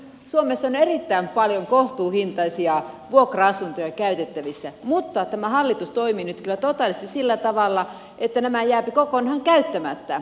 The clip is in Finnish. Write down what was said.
suomessa on erittäin paljon kohtuuhintaisia vuokra asuntoja käytettävissä mutta tämä hallitus toimii nyt kyllä totaalisesti sillä tavalla että nämä jäävät kokonaan käyttämättä